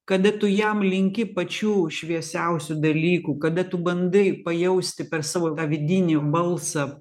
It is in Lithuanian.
kada tu jam linki pačių šviesiausių dalykų kada tu bandai pajausti per savo tą vidinį balsą